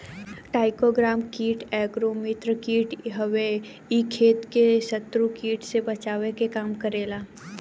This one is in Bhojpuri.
टाईक्रोग्रामा कीट एगो मित्र कीट हवे इ खेत के शत्रु कीट से बचावे के काम करेला